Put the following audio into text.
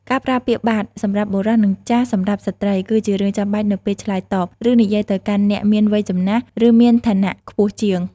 ការប្រើពាក្យ បាទ សម្រាប់បុរស និង ចាស៎ សម្រាប់ស្ត្រី គឺជារឿងចាំបាច់នៅពេលឆ្លើយតប ឬនិយាយទៅកាន់អ្នកមានវ័យចំណាស់ ឬមានឋានៈខ្ពស់ជាង។